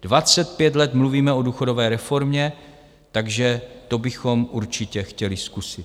Dvacet pět let mluvíme o důchodové reformě, takže to bychom určitě chtěli zkusit.